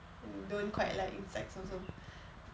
don't quite like insects also